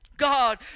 God